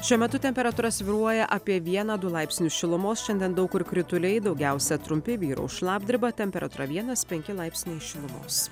šiuo metu temperatūra svyruoja apie viena du laipsnius šilumos šiandien daug kur krituliai daugiausia trumpi vyraus šlapdriba temperatūra vienas penki laipsniai šilumos